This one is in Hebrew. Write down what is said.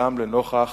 גם לנוכח